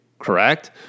correct